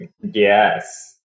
yes